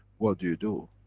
what do you do?